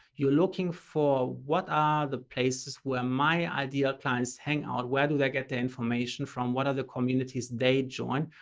you're looking for, what are the places where my ideal clients hang out, where do they get the information from, what are the communities they join,